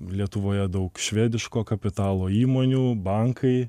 lietuvoje daug švediško kapitalo įmonių bankai